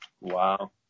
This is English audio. Wow